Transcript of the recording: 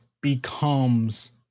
becomes